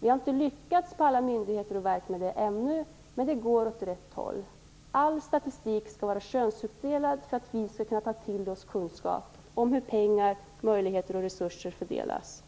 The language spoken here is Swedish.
Vi har inte lyckats med det på alla myndigheter och verk ännu. Men det går åt rätt håll. All statistik skall vara könsuppdelad för att vi skall kunna ta till oss kunskap om hur pengar, möjligheter och resurser fördelas.